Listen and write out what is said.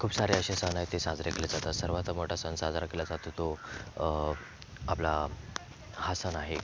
खूप सारे असे सण आहेत जे साजरे केले जातात सर्वात मोठा सण साजरा केला जातो तो आपला हा सण आहे